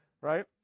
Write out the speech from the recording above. Right